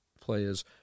players